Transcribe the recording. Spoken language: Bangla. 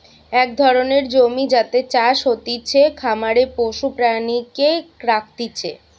এক ধরণের জমি যাতে চাষ হতিছে, খামারে পশু প্রাণীকে রাখতিছে